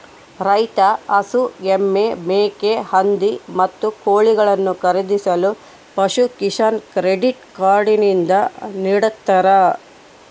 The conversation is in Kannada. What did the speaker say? ರೈತ ಹಸು, ಎಮ್ಮೆ, ಮೇಕೆ, ಹಂದಿ, ಮತ್ತು ಕೋಳಿಗಳನ್ನು ಖರೀದಿಸಲು ಪಶುಕಿಸಾನ್ ಕ್ರೆಡಿಟ್ ಕಾರ್ಡ್ ನಿಂದ ನಿಡ್ತಾರ